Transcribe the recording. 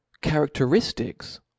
Characteristics